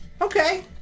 Okay